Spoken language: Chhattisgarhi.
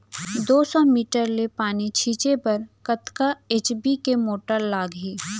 दो सौ मीटर ले पानी छिंचे बर कतका एच.पी के मोटर लागही?